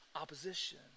opposition